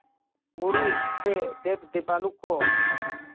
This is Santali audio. ᱵᱩᱨᱩ ᱥᱮ ᱫᱮᱵᱽ ᱫᱮᱵᱟᱞᱳᱠ ᱠᱚ